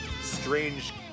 strange